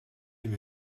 and